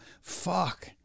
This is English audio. fuck